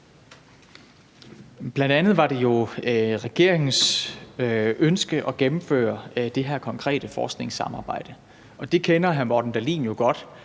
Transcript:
Det var jo bl.a. regeringens ønske at gennemføre det her konkrete forskningssamarbejde, og hr. Morten Dahlin kender